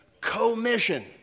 commission